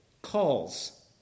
calls